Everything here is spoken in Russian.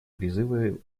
призывы